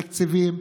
תקציבים,